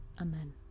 amen